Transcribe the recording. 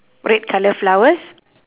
red colour flowers